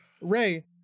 Ray